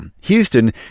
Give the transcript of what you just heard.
Houston